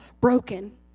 broken